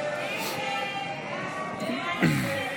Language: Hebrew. ההסתייגויות לסעיף